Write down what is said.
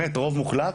רוב מוחלט,